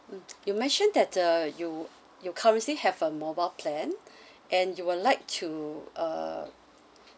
mm you mentioned that uh you you currently have a mobile plan and you will like to uh